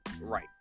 right